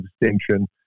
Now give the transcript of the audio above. distinction